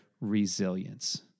resilience